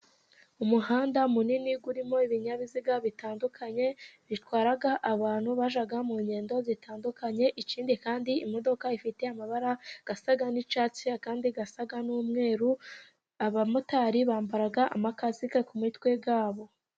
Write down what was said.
Umuhanda munini urimo ibinyabiziga bitandukanye， bitwara abantu bajya mu ngendo zitandukanye， ikindi kandi imodoka ifite amabara asa n'icyatsi，andi asa n'umweru， abamotari bambara amakasike ku mitwe yabo.